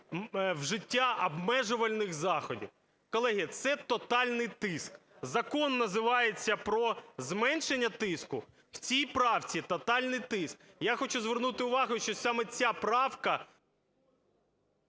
вжиття обмежувальних заходів. Колеги, це тотальний тиск. Закон називається "про зменшення тиску". В цій правці – тотальний тиск. Я хочу звернути увагу, що саме ця правка…